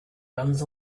runs